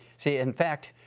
see, in fact,